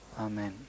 Amen